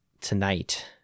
tonight